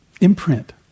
imprint